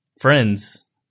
friends